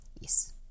Yes